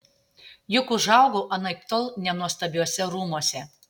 juk užaugau anaiptol ne nuostabiuose rūmuose